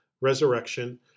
resurrection